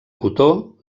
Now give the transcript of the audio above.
cotó